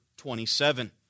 27